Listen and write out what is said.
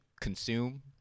consume